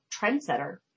trendsetter